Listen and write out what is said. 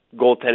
goaltending